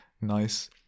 nice